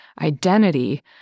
identity